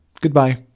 Goodbye